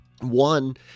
one